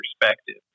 perspective